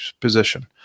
position